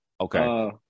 Okay